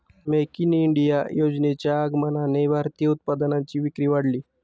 make in India योजनेच्या आगमनाने भारतीय उत्पादनांची विक्री वाढली